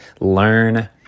Learn